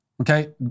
Okay